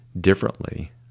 differently